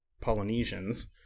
Polynesians